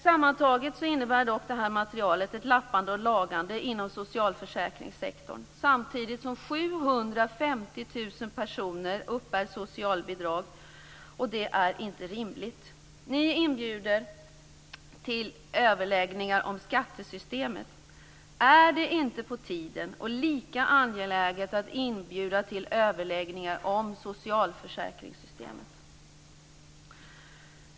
Sammantaget innebär dock det här materialet ett lappande och lagande inom socialförsäkringssektorn, samtidigt som 750 000 personer uppbär socialbidrag. Det är inte rimligt. Ni inbjuder till överläggningar om skattesystemet. Är det inte på tiden, och lika angeläget, att inbjuda till överläggningar om socialförsäkringssystemet?